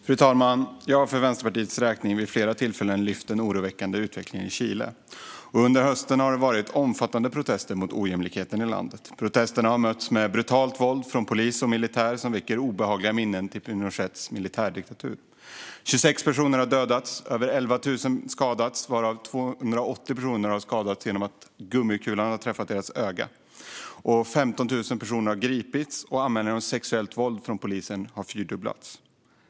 Fru talman! Jag har vid flera tillfällen för Vänsterpartiets räkning lyft upp den oroväckande utvecklingen i Chile. Under hösten har det varit omfattande protester mot ojämlikheterna i landet. Protesterna har mötts med brutalt våld från polis och militär. Det väcker obehagliga minnen av Pinochets militärdiktatur. 26 personer har dödats. Över 11 000 har skadats, varav 280 har skadats i ögat av gummikulor. 15 000 har gripits. Och polisens användning av sexuellt våld har fyrdubblats.